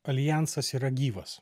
aljansas yra gyvas